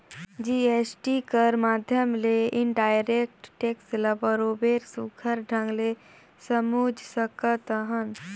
GST कर माध्यम ले इनडायरेक्ट टेक्स ल बरोबेर सुग्घर ढंग ले समुझ सकत अहन